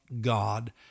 God